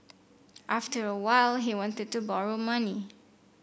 after a while he wanted to borrow money